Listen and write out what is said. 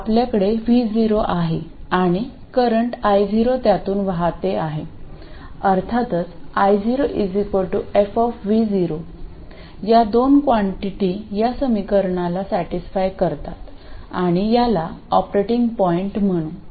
आपल्याकडे V0 आहे आणि करंट I0 त्यातून वाहते आहे अर्थातच I0 f या दोन क्वांटीटी या समीकरणाला सॅटिस्फाय करतात आणि याला ऑपरेटिंग पॉईंट म्हणू